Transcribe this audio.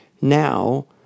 Now